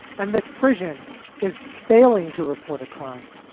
and misprision is failing to report a crime.